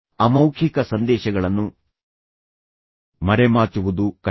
ಅಮೌಖಿಕ ಸಂದೇಶಗಳನ್ನು ಮರೆಮಾಚುವುದು ಕಷ್ಟ